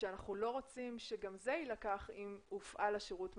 ואנחנו לא רוצים שגם זה יילקח אם הופעל השירות מרחוק.